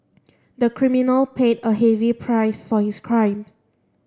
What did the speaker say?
the criminal paid a heavy price for his crime